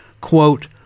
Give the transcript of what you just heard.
quote